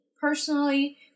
personally